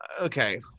okay